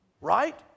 right